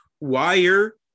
Wire